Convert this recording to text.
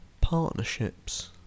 partnerships